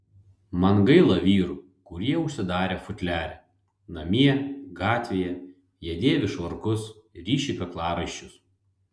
man gaila vyrų kurie užsidarę futliare namie gatvėje jie dėvi švarkus ryši kaklaraiščius